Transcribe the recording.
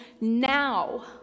now